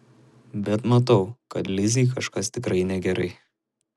bet matau kad lizei kažkas tikrai negerai